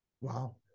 wow